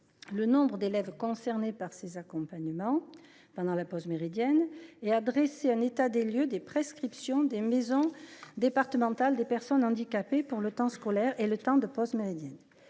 le nombre d’élèves concernés par ces accompagnements pendant la pause méridienne et à dresser un état des lieux des prescriptions des maisons départementales des personnes handicapées pour le temps scolaire et le temps de pause méridienne.